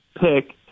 pick